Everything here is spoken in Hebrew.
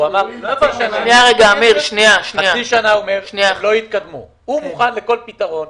הוא מוכן לכל פתרון,